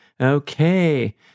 Okay